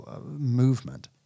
movement